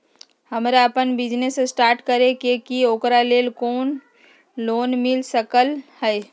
हमरा अपन business start करे के है ओकरा लेल लोन मिल सकलक ह?